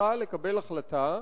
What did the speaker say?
שצריכה לקבל החלטה